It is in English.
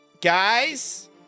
Guys